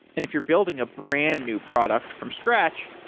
if you're building a brand-new product from scratch,